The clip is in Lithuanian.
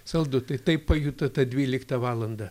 saldu tai taip pajuto tą dvyliktą valandą